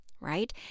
right